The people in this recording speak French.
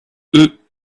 eux